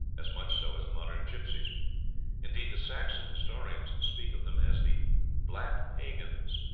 as much so as modern gypsies indeed, the saxon historians speak of them as the black pagans.